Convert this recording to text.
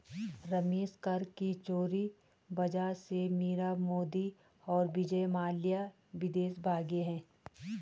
रमेश कर के चोरी वजह से मीरा मोदी और विजय माल्या विदेश भागें हैं